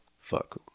fuck